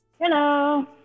Hello